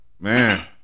man